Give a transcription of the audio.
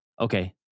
okay